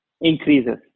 increases